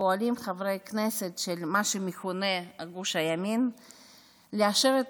פועלים חברי כנסת של מה שמכונה גוש הימין לאשר את